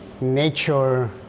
nature